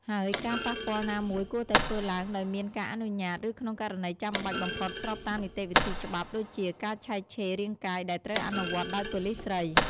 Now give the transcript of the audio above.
ហើយការប៉ះពាល់ណាមួយគួរតែធ្វើឡើងដោយមានការអនុញ្ញាត ឬក្នុងករណីចាំបាច់បំផុតស្របតាមនីតិវិធីច្បាប់ដូចជា ការឆែកឆេររាងកាយដែលត្រូវអនុវត្តដោយប៉ូលិសស្រី។